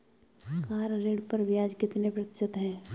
Car ऋण पर ब्याज कितने प्रतिशत है?